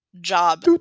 job